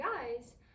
guys